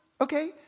Okay